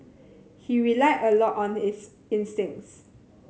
he relied a lot on his instincts